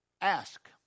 ask